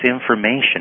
information